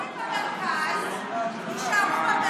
אז זאת אומרת שהרופאים במרכז יישארו במרכז